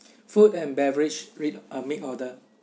food and beverage read uh make order